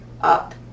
up